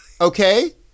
Okay